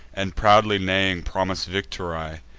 and, proudly neighing, promise victory.